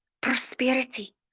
prosperity